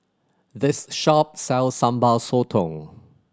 this shop sells Sambal Sotong